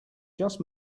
just